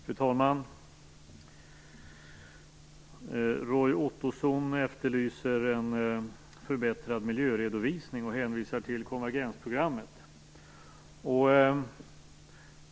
Fru talman! Roy Ottosson efterlyser en förbättrad miljöredovisning och hänvisar till konvergensprogrammet.